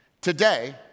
today